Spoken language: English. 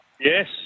Yes